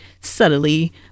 subtly